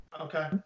okay